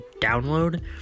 download